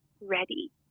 ready